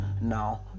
now